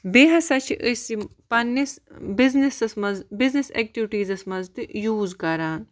بیٚیہِ ہَسا چھِ أسۍ یِم پنٛنِس بِزنِسَس منٛز بِزنِس اٮ۪کٹِوِٹیٖزَس منٛز تہِ یوٗز کَران